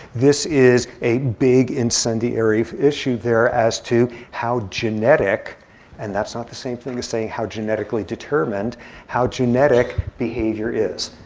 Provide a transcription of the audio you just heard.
this is a big incendiary issue there as to how genetic and that's not the same thing as saying how genetically determined how genetic behavior is.